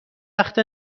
وقت